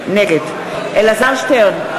נגד אלעזר שטרן,